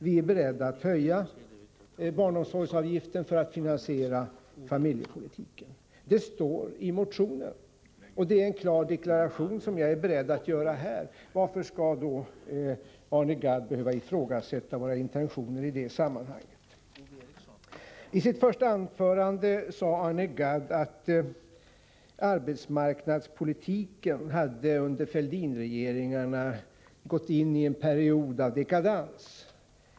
Vi är beredda att höja barnomsorgsavgiften för att finansiera familjepolitiken. Det står i motionen, och det är en klar deklaration som jag är beredd att göra här. Varför skall då Arne Gadd behöva ifrågasätta våra intentioner i det sammanhanget? I sitt första anförande sade Arne Gadd att arbetsmarknadspolitiken under Fälldinregeringarna hade gått in i en period av dekadans.